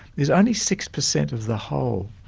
is only six percent of the whole,